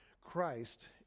Christ